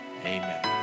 amen